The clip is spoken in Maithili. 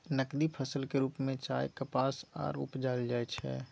नकदी फसल के रूप में चाय, कपास आर उपजाएल जाइ छै